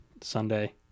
Sunday